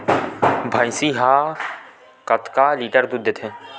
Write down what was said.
भंइसी हा कतका लीटर दूध देथे?